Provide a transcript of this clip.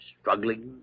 struggling